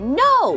no